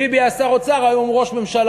ביבי היה שר האוצר, היום הוא ראש הממשלה.